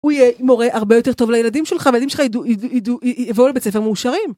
הוא יהיה מורה הרבה יותר טוב לילדים שלך, וילדים שלך יבואו לבית ספר מאושרים.